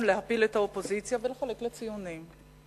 להפיל את האופוזיציה ולחלק לה ציונים.